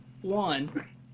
One